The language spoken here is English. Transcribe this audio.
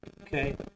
Okay